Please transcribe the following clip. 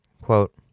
quote